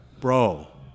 Bro